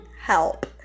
help